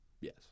Yes